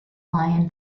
lion